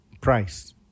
price